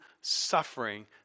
suffering